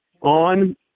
on